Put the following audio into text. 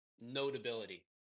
notability